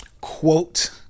quote